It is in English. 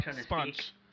sponge